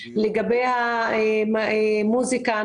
לגבי המוזיקה.